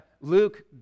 Luke